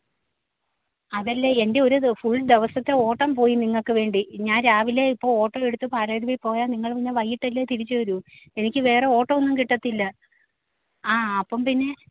അതല്ല എൻ്റെ ഒരു ദ് ഫുൾ ദിവസത്തെ ഓട്ടം പോയി നിങ്ങൾക്ക് വേണ്ടി ഞാൻ രാവിലെ ഇപ്പോൾ ഓട്ടോയെടുത്ത് പാലരുവി പോയാൽ നിങ്ങള് പിന്നെ വൈകിട്ടല്ലേ തിരിച്ചുവരൂ എനിക്ക് വേറെ ഓട്ടം ഒന്നും കിട്ടത്തില്ല ആ അപ്പം പിന്നെ